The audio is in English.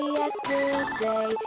yesterday